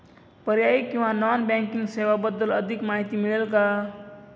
पर्यायी किंवा non banking सेवांबद्दल अधिक माहिती मिळेल का?